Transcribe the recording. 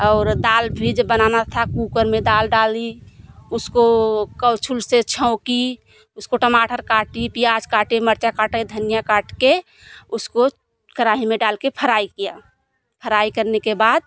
और दाल भी बनाना था कूकर में दाल डाली उसको करछुल से छौंकी उसको टमाटर काटी प्याज कटे मिर्चा काटे धनिया काट के उसको कराही में डाल के फ्राई किया फ्राई करने के बाद